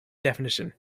definition